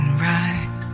bright